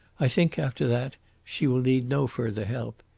i think after that she will need no further help.